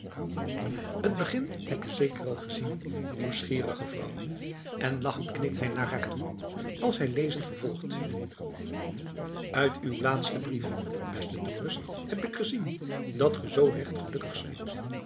t begin heb je zeker al gezien nieuwsgierige vrouw en lachend knikt hij haar toe als hij lezend vervolgt uit uw laatsten brief beste dorus heb ik gezien dat ge zoo recht gelukkig zijt